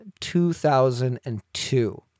2002